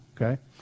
okay